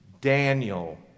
Daniel